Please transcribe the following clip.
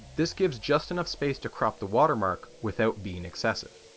this gives just enough space to crop the watermark without being excessive.